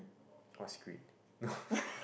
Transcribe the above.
what's great